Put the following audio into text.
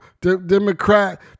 Democrat